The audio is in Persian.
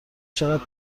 چقدر